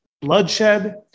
bloodshed